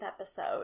episode